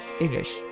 English